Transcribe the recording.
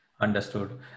understood